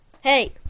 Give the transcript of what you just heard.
Hey